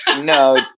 No